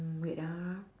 mm wait ah